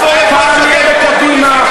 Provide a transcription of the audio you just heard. פעם נהיה בקדימה,